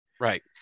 right